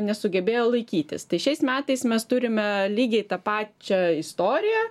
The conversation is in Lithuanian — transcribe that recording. nesugebėjo laikytis tai šiais metais mes turime lygiai tą pačią istoriją